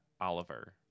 Oliver